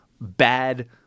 bad